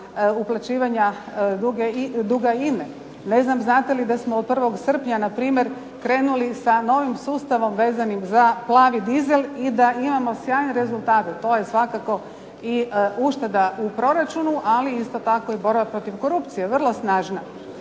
uplaćivanja duga INA-e. Ne znam znate li da smo od 1. srpnja npr. krenuli sa novim sustavom vezanim za plavi dizel, i da imamo sjajne rezultate. To je svakako i ušteda u proračunu, ali isto tako i borba protiv korupcije, vrlo snažna.